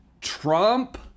Trump